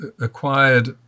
acquired